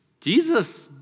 Jesus